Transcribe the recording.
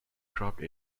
dropped